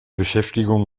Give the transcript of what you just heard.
beschäftigung